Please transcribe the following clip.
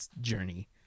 journey